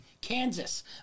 Kansas